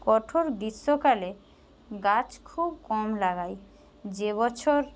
কঠোর গ্রীষ্মকালে গাছ খুব কম লাগাই যে বছর